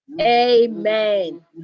amen